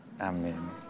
Amen